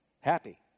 Happy